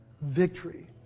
Victory